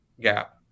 gap